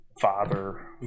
father